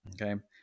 Okay